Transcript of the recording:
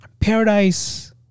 Paradise